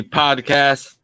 podcast